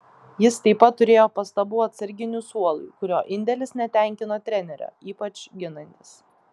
jis taip pat turėjo pastabų atsarginių suolui kurio indėlis netenkino trenerio ypač ginantis